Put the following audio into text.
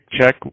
check